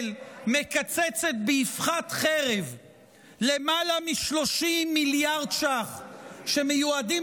מקצצת באבחת חרב יותר מ-30 מיליארד ש"ח שמיועדים